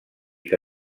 que